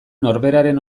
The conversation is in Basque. norberaren